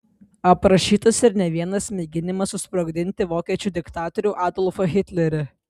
aprašytas ir ne vienas mėginimas susprogdinti vokiečių diktatorių adolfą hitlerį